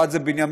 אחת זו בנימין,